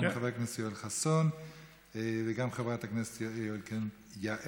וגם לחבר הכנסת יואל חסון וגם לחברת הכנסת יעל כהן-פארן.